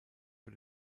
für